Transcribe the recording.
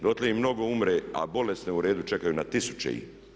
Dotle ih mnogo umre a bolesne u redu čekaju, na tisuće ih.